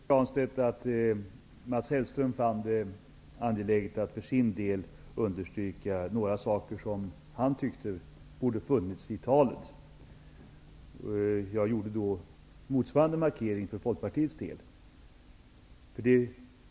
Herr talman! Jag vill säga till Pär Granstedt att Mats Hellström fann det angeläget att för sin del understryka några saker som han tyckte borde ha funnits med i talet. Jag gjorde motsvarande markering för Folkpartiets del.